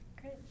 Great